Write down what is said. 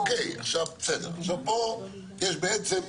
אוקיי, בסדר, אז פה יש בעצם,